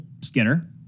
Skinner